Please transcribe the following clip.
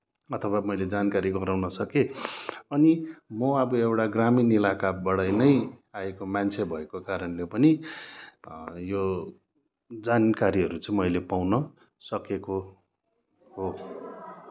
अथवा मैले जानकारी गराउन सकेँ अनि म अब एउटा ग्रामीण इलाकाबाट नै आएको मान्छे भएको कारणले पनि यो जानकारीहरू चाहिँ मैले पाउनसकेको हो